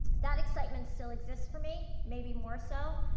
that excitement still exists for me, maybe more so.